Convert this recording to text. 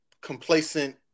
complacent